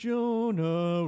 Jonah